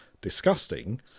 disgusting